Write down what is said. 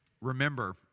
Remember